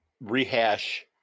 rehash